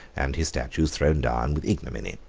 and his statues thrown down with ignominy.